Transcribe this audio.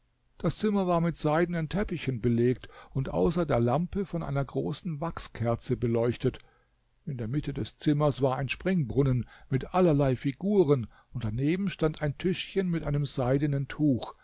das zimmer war mit seidenen teppichen belegt und außer der lampe von einer großen wachskerze beleuchtet in der mitte des zimmers war ein springbrunnen mit allerlei figuren und daneben stand ein tischchen mit einem seidenen tuch